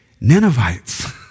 Ninevites